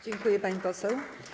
Dziękuję, pani poseł.